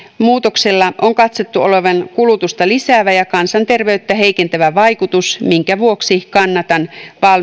muutoksella on katsottu olevan kulutusta lisäävä ja kansanterveyttä heikentävä vaikutus minkä vuoksi kannatan